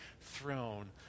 throne